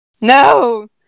No